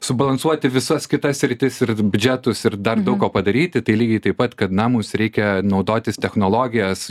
subalansuoti visas kitas sritis ir biudžetus ir dar daug ko padaryti tai lygiai taip pat kad na mums reikia naudotis technologijas